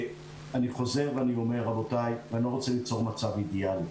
אני חוזר ואומר ואני לא רוצה ליצור מצב אידיאלי.